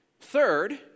Third